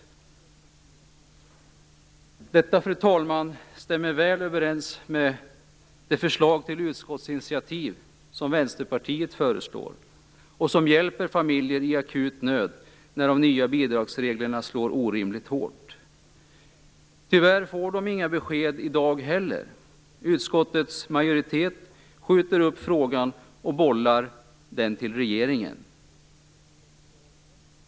Detta, fru talman, stämmer väl överens med det förslag till utskottsinitiativ som Vänsterpartiet föreslår och som hjälper familjer i akut nöd, när de nya bidragsreglerna slår orimligt hårt. Tyvärr får de inga besked i dag heller. Utskottets majoritet skjuter upp frågan och bollar den vidare till regeringen.